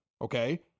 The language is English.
okay